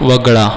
वगळा